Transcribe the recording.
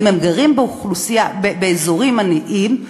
ואם הם גרים באזורים עניים,